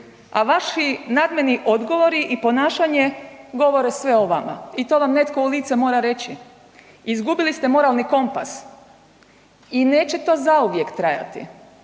A vaši nadmeni odgovori i ponašanje govore sve o vama i to vam netko u lice mora reći. Izgubili ste moralni kompas i neće to zauvijek trajati.